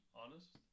honest